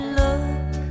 look